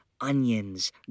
onions